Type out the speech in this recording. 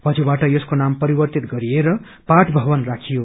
पछि बाट यसको नाम परिवर्तित गरिएर पाठ भवन राखियो